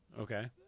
Okay